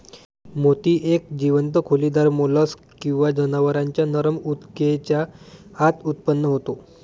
मोती एक जीवंत खोलीदार मोल्स्क किंवा जनावरांच्या नरम ऊतकेच्या आत उत्पन्न होतो